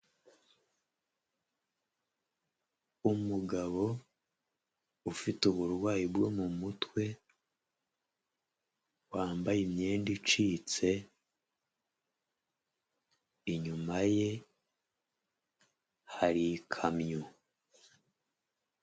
Umugabo, ufite uburwayi bwo mu mutwe, wambaye imyenda icitse, inyuma ye hari ikamyo.